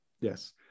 Yes